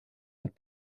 und